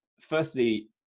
firstly